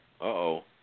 Uh-oh